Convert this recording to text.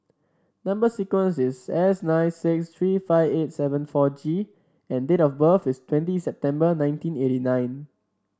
number sequence is S nine six three five eight seven four G and date of birth is twenty September nineteen eighty nine